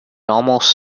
almost